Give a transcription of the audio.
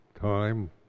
time